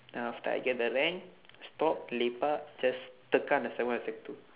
then after I get the rank stop lepak just tekan the sec one and sec two